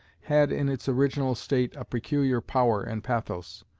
had in its original state peculiar power and pathos.